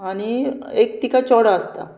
आनी एक तिका चेडो आसता